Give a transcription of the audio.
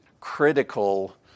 critical